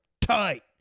tight